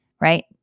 right